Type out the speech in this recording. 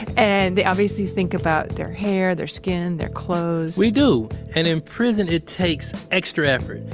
and they obviously think about their hair, their skin, their clothes we do. and, in prison, it takes extra effort.